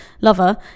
lover